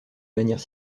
manière